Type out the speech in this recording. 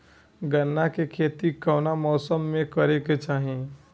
गन्ना के खेती कौना मौसम में करेके चाही?